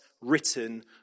written